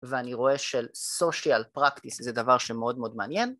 ואני רואה של סושיאל פרקטיס, זה דבר שמאוד מאוד מעניין.